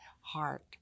heart